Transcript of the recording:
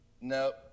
Nope